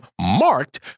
marked